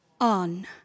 On